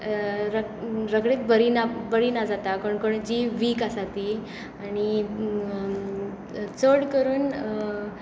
रक रोकडींच बरी ना बरी ना जाता कोण कोण जीं वीक आसा तीं आनी चड करून